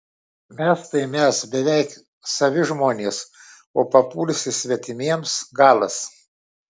mes tai mes beveik savi žmonės o papulsi svetimiems galas